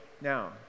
now